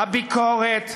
הביקורת,